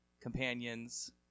companions